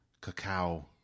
cacao